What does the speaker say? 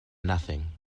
nothing